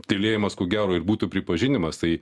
tylėjimas ko gero ir būtų pripažinimas tai